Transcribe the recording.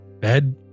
bed